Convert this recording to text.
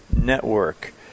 network